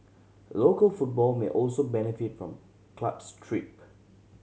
local football may also benefit from club's trip